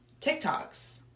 TikToks